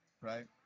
right